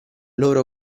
loro